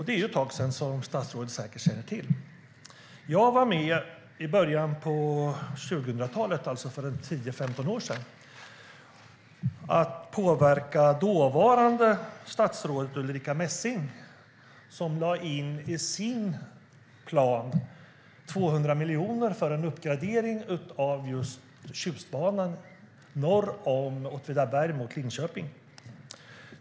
Det är ett tag sedan, som statsrådet säkert känner till. Jag var med i början av 2000-talet, för en tio femton år sedan, och påverkade dåvarande statsrådet Ulrica Messing, som i sin plan lade in 200 miljoner för en uppgradering av Tjustbanan norr om Åtvidaberg mot Linköping.